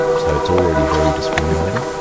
so it's already very discriminating.